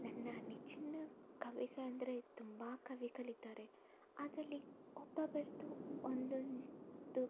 ನನ್ನ ನೆಚ್ಚಿನ ಕವಿಗಳಂದ್ರೆ ತುಂಬ ಕವಿಗಳಿದ್ದಾರೆ ಅದ್ರಲ್ಲಿ ಒಬ್ಬೊಬರದು ಒಂದೊಂದು